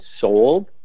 sold